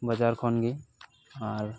ᱵᱟᱡᱟᱨ ᱠᱷᱚᱱ ᱜᱮ ᱟᱨ